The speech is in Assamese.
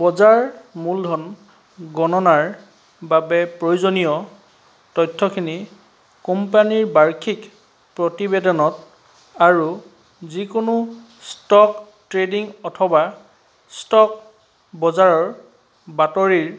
বজাৰ মূলধন গণনাৰ বাবে প্ৰয়োজনীয় তথ্যখিনি কোম্পানীৰ বাৰ্ষিক প্ৰতিবেদনত আৰু যিকোনো ষ্ট'ক ট্ৰেডিং অথবা ষ্ট'ক বজাৰৰ বাতৰিৰ